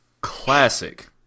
Classic